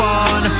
on